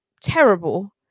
terrible